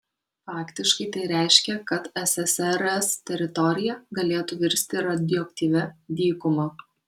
faktiškai tai reiškė kad ssrs teritorija galėtų virsti radioaktyvia dykuma